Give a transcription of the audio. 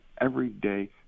everyday